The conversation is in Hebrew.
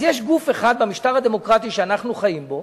אז יש גוף אחד במשטר הדמוקרטי שאנחנו חיים בו